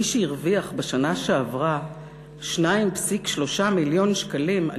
מי שהרוויח בשנה שעברה 2.3 מיליון שקלים על